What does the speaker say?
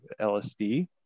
LSD